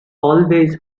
always